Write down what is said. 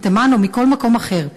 אם מתימן או מכל מקום אחר.